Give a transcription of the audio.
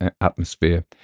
atmosphere